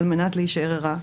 על מנת להישאר ערה,